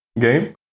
game